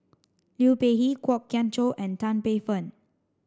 Liu Peihe Kwok Kian Chow and Tan Paey Fern